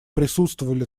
присутствовали